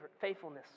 faithfulness